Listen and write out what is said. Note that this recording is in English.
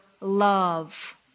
love